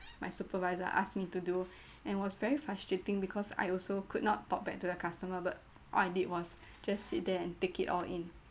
my supervisor asked me to do and it was very frustrating because I also could not talk back to the customer but all I did was just sit there and take it all in